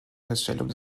feststellung